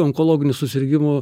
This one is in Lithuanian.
onkologinių susirgimų